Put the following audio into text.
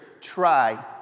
try